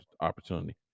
opportunity